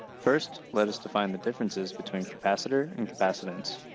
first, let us define the differences between capacitor and capacitance.